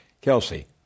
Kelsey